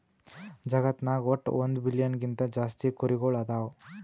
ಜಗತ್ನಾಗ್ ವಟ್ಟ್ ಒಂದ್ ಬಿಲಿಯನ್ ಗಿಂತಾ ಜಾಸ್ತಿ ಕುರಿಗೊಳ್ ಅದಾವ್